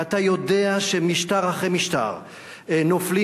ואתה יודע שמשטר אחרי משטר נופל,